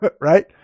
right